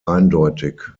eindeutig